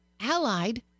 allied